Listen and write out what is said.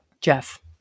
Jeff